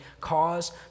cause